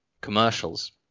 commercials